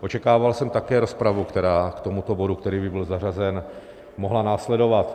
Očekával jsem také rozpravu, která k tomuto bodu, který byl zařazen, mohla následovat.